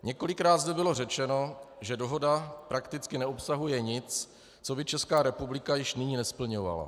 Několikrát zde bylo řečeno, že dohoda prakticky neobsahuje nic, co by Česká republika již nyní nesplňovala.